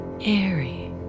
airy